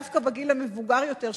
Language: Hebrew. דווקא בגיל המבוגר יותר,